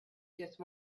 just